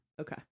Okay